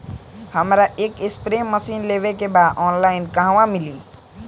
हमरा एक spray machine लेवे के बा ऑनलाइन कहवा मिली?